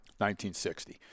1960